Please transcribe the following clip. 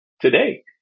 today